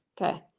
Okay